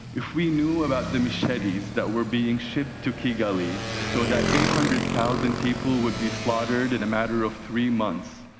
if we knew about the machetes that were being shipped to kigali so that eight hundred thousand people would be slaughtered in a matter of three months,